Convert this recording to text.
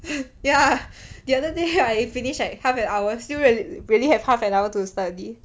ya the other day I finished like half an hour still really really have half an hour to study